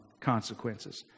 consequences